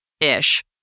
ish